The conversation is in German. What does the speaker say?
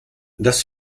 das